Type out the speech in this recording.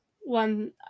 one